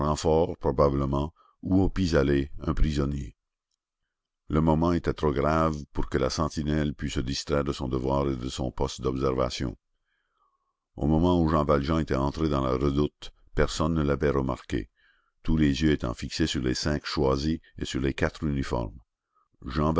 renfort probablement ou au pis aller un prisonnier le moment était trop grave pour que la sentinelle pût se distraire de son devoir et de son poste d'observation au moment où jean valjean était entré dans la redoute personne ne l'avait remarqué tous les yeux étant fixés sur les cinq choisis et sur les quatre uniformes